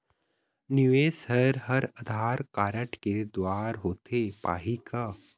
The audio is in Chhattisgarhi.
निवेश हर आधार कारड के द्वारा होथे पाही का?